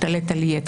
לי.